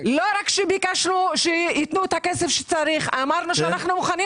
לא רק שביקשנו שייתנו את הכסף שצריך אמרנו שאנו מוכנים